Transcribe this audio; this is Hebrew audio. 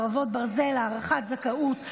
חרבות ברזל) (הארכת זכאות),